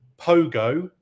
Pogo